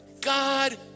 God